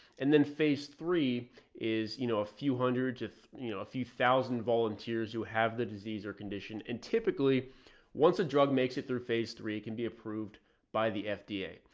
and then phase three is, you know, a few hundred to you know a few thousand volunteers who have the disease or condition. and typically once a drug makes it through phase three, it can be approved by the fda.